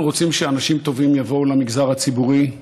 אנחנו רוצים שאנשים טובים יבואו למגזר הציבורי,